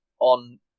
on